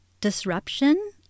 Disruption